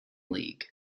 league